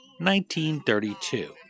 1932